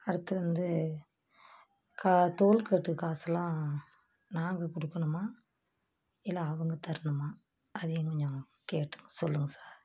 அடுத்து வந்து கா டோல்கட்டு காசுலாம் நாங்கள் கொடுக்குணுமா இல்லை அவங்க தரணுமா அதையும் கொஞ்சம் கேட்டு சொல்லுங்கள் சார்